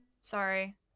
Sorry